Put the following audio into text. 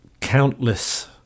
Countless